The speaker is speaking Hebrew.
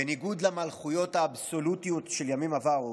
בניגוד למלכויות האבסולוטיות של ימים עברו,